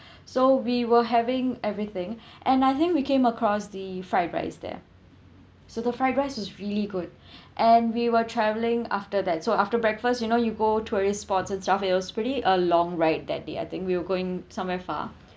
so we were having everything and I think we came across the fried rice there so the fried rice was really good and we were travelling after that so after breakfast you know you go tourist spots itself it was pretty a long ride that day I think we were going somewhere far